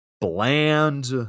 bland